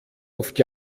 oft